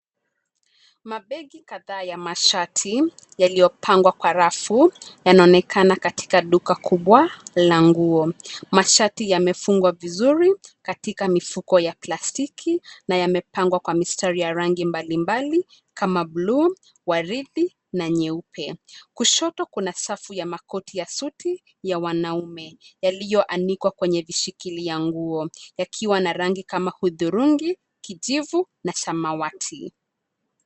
Mabegi kadhaa ya mashati, yaliyopangwa kwa rafu, yanaonekana katika duka kubwa, la nguo. Mashati yamefungwa vizuri, katika mifuko ya plastiki na yamepangwa kwa mistari ya rangi mbalimbali, kama: blue , waridi, na nyeupe. Kushoto kuna safu ya makoti ya suti, ya wanaume. Yaliyoanikwa kwenye vishikilia nguo. Yakiwa na rangi kama: hudhurungi, kijivu, na samawati.